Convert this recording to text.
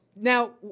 Now